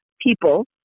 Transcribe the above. people